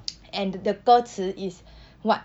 and the 歌词 is [what]